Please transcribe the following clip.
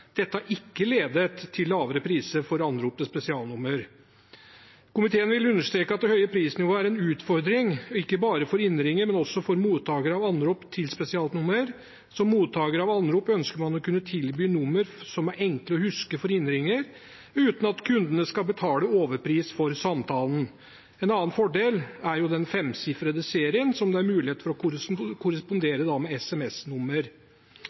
Dette har ikke ledet til lavere priser for anrop til spesialnummer. Komiteen vil understreke at det høye prisnivået er en utfordring, ikke bare for innringer, men også for mottaker av anrop til spesialnummer. Som mottaker av anrop ønsker man å kunne tilby nummer som er enkle å huske for innringer, uten at kundene skal betale overpris for samtalen. En annen fordel med den 5-sifrede serien er at det er mulighet for